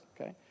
okay